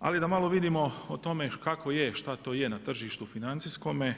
ali da malo vidimo o tome kako je šta to je na tržištu financijskome.